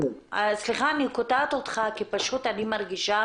אני קוטעת אותך, כי פשוט אני מרגישה